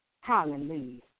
Hallelujah